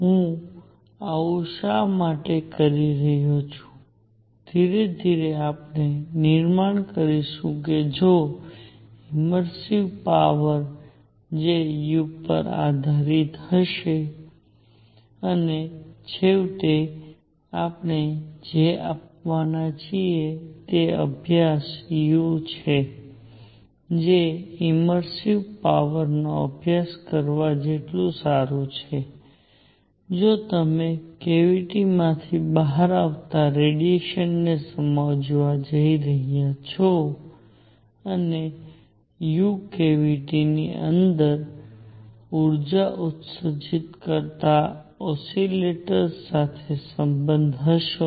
હું આવું શા માટે કરી રહ્યો છું ધીરે ધીરે આપણે નિર્માણ કરીશું કે ઇમર્સિવ પાવર જે u પર આધારિત રહેશે અને છેવટે આપણે જે આપવાના છીએ તે અભ્યાસ u છે જે ઇમર્સિવ પાવરનો અભ્યાસ કરવા જેટલું સારું છે જો તમે કેવીટીમાંથી બહાર આવતા રેડીએશનને સમજવા જઈ રહ્યા છો અને u કેવીટીની અંદર ઊર્જા ઉત્સર્જિત કરતા ઓસિલેટર્સ સાથે સંબંધિત હશો